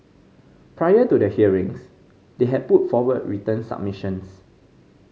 prior to the hearings they had put forward written submissions